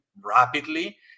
rapidly